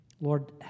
Lord